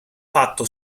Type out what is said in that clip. fatto